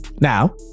Now